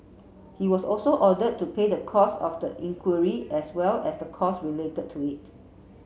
he was also ordered to pay the costs of the inquiry as well as the costs related to it